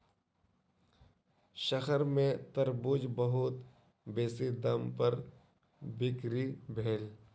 शहर में तरबूज बहुत बेसी दाम पर बिक्री भेल